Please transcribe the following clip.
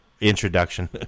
introduction